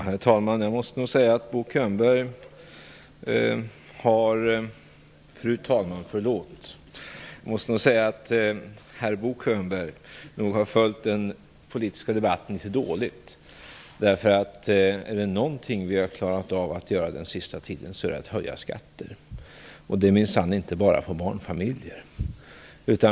Fru talman! Jag måste säga att Bo Könberg nog har följt den politiska debatten litet dåligt. Är det någonting vi har klarat av att göra den senaste tiden så är det att höja skatter, och det är minsann inte bara för barnfamiljer.